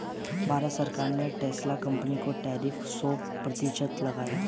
भारत सरकार ने Tesla company पर टैरिफ सो प्रतिशत लगाया